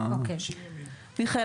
מיכאל,